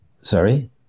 Sorry